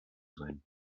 sein